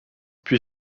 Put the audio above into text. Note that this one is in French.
puis